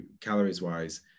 calories-wise